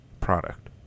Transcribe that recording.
product